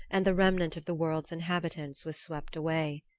and the remnant of the world's inhabitants was swept away.